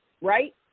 right